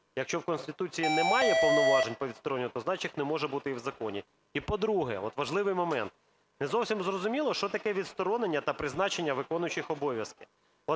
Якщо в Конституції немає повноважень по відстороненню, то значить їх не може бути і в законі. І, по-друге, от важливий момент, не зовсім зрозуміло, що таке відсторонення та призначення виконуючих обов'язки.